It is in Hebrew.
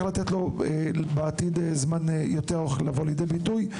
לתת לו בעתיד זמן ארוך יותר לבוא לידי ביטוי.